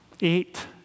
eight